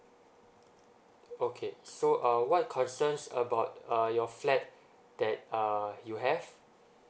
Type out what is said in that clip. okay so uh what concerns about uh your flat that uh you have